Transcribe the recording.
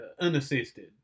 Unassisted